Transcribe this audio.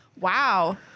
Wow